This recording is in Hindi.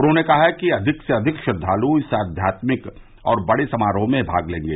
उन्होंने कहा है कि अधिक से अधिक श्रद्वालु इस आध्यात्मिक और बड़े में समारोह में भाग लेंगे